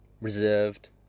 reserved